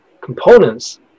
components